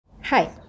Hi